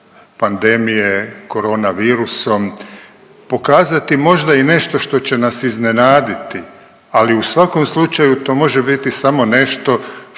pandemije koronavirusom pokazati, možda i nešto što će nas iznenaditi, ali u svakom slučaju, to može biti samo nešto što